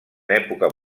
època